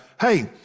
hey